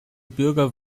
bürger